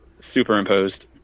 Superimposed